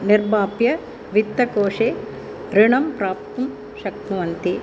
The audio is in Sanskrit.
निर्माप्य वित्तकोषे ऋणं प्राप्तुं शक्नुवन्ति